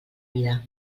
vida